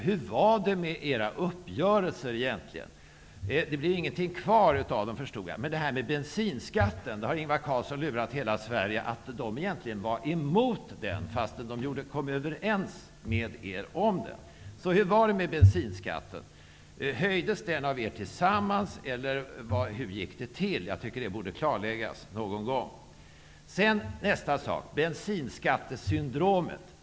Hur var det med era uppgörelser egentligen? Det ville Ingvar Carlsson inte svara på. Det blev ingenting kvar av dem, såvitt jag förstod. Ingvar Carlsson har lurat hela Sverige att tro att Socialdemokraterna egentligen var emot bensinskatten, fastän de kom överens med regeringen om den. Hur var det med bensinskatten? Höjdes den av er tillsammans, eller hur gick det till? Jag tycker att det någon gång borde klarläggas. Moderaterna använder sig nu av bensinskattesyndromet.